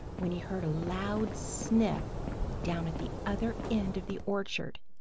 when he heard a loud sniff down at the other end of the orchard.